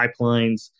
pipelines